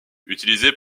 utilisés